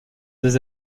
des